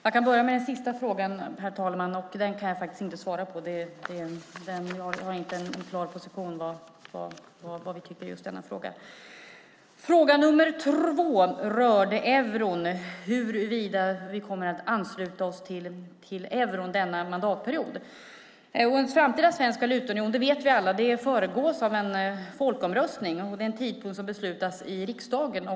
Herr talman! Jag kan börja med den sista frågan. Den kan jag faktiskt inte svara på. Jag har inte någon klar position om vad vi tycker i just den frågan. Fråga två rörde euron, huruvida vi kommer att ansluta oss till euron under denna mandatperiod. En framtida svensk valutaunion vet vi alla föregås av en folkomröstning, och tidpunkten för den beslutas i riksdagen.